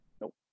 nope